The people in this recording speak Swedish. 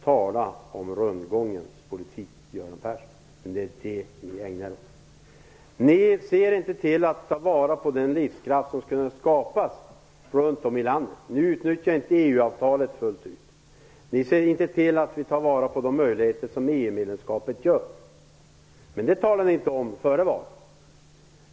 Tala om rundgångens politik, Göran Persson. Det är vad ni ägnar er åt. Ni ser inte till att ta vara på den livskraft som skulle kunna skapas runt om i landet. Ni utnyttjar inte EU-avtalet fullt ut. Ni ser inte till att ta vara på de möjligheter som EU-medlemskapet ger. Men det talade ni inte om före valet.